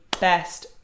best